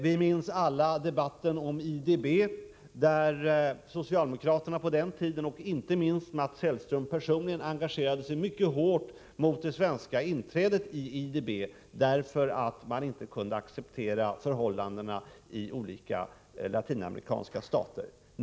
Vi minns alla debatten om IDB, där socialdemokraterna på den tiden och inte minst Mats Hellström personligen engagerade sig mycket hårt mot det svenska inträdet i IDB därför att man inte kunde acceptera förhållandena i olika latinamerikanska stater.